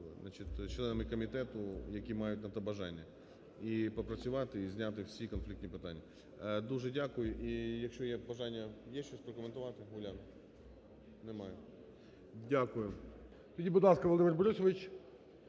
членами комітету, які мають на то бажання. І попрацювати, і зняти всі конфліктні питання. Дуже дякую. І, якщо є бажання… Є щось прокоментувати, Уляна? Немає. Дякую.